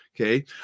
Okay